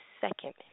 second